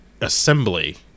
assembly